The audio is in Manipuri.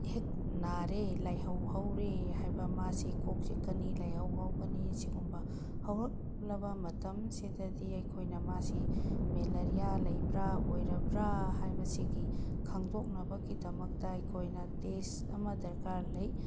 ꯍꯦꯛ ꯅꯥꯔꯦ ꯂꯥꯏꯍꯧ ꯍꯧꯔꯦ ꯍꯥꯏꯕ ꯃꯥꯁꯤ ꯀꯣꯛ ꯆꯤꯛꯀꯅꯤ ꯂꯥꯏꯍꯧ ꯍꯧꯒꯅꯤ ꯁꯤꯒꯨꯝꯕ ꯍꯧꯔꯛꯂꯕ ꯃꯇꯝꯁꯤꯗꯗꯤ ꯑꯩꯈꯣꯏꯅ ꯃꯥꯁꯤ ꯃꯦꯂꯔꯤꯌꯥ ꯂꯩꯕ꯭ꯔ ꯑꯣꯏꯔꯕ꯭ꯔ ꯍꯥꯏꯕꯁꯤꯒꯤ ꯈꯪꯗꯣꯛꯅꯕꯒꯤꯗꯃꯛꯇ ꯑꯩꯈꯣꯏꯅ ꯇꯦꯁ ꯑꯃ ꯗꯔꯀꯥꯔ ꯂꯩ